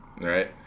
right